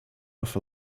off